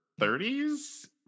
30s